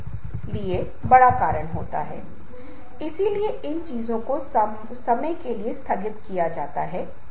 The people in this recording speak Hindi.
कोई भी उन्हें सुनने के लिए नहीं है और वे बहुत सारे मनोवैज्ञानिक विकार समस्याएं बीमारियां विकसित करते हैं जैसा आज हमारा जीवन बन गया है